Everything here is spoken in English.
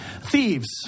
thieves